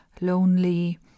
lonely